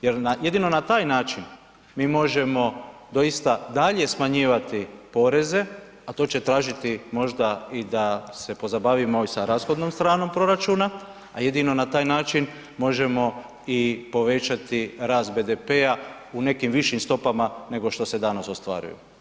Jer jedino na taj način mi možemo doista dalje smanjivati poreze ali to će tražiti možda i da se pozabavimo i sa rashodnom stranom proračuna a jedino na taj način možemo povećati rast BDP-a u nekim višim stopama nego što se danas ostvaruju.